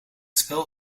spel